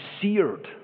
seared